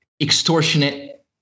extortionate